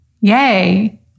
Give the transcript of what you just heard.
yay